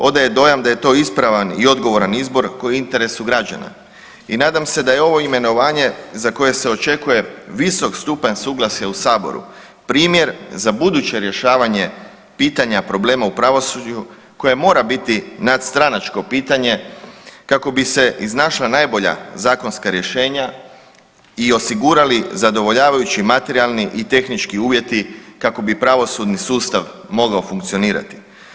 Odaje dojam da je to ispravan i odgovoran izbor koji je u interesu građana i nadam se da je ovo imenovanje za koje se očekuje visok stupanj suglasja u saboru primjer za buduće rješavanje pitanja problema u pravosuđu koje mora biti nadstranačko pitanje kako bi se iznašla najbolja zakonska rješenja i osigurali zadovoljavajući materijalni i tehnički uvjeti kako bi pravosudni sustav mogao funkcionirati.